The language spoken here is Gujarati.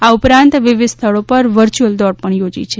આ ઉપરાંત વિવિધ સ્થળો પર વ ર્યુ દઅલદોડ પણ યોજી છે